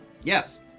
Yes